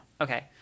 Okay